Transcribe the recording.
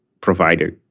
provider